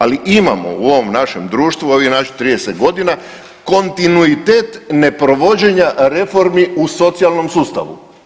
Ali imamo u ovom našem društvu, ovih naših 30 godina kontinuitet neprovođenja reformi u socijalnom sustavu.